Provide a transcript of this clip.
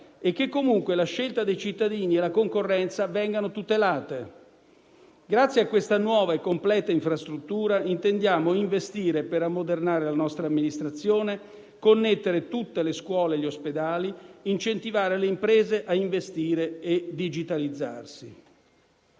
e che comunque la scelta dei cittadini e la concorrenza vengano tutelate. Grazie a questa nuova e completa infrastruttura intendiamo investire per ammodernare la nostra amministrazione, connettere tutte le scuole e gli ospedali, incentivare le imprese a investire e digitalizzarsi.